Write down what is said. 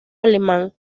alemán